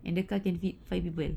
and the car can fit five people